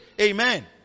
Amen